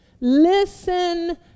Listen